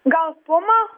gal puma